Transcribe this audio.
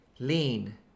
lean